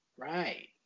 Right